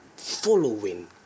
following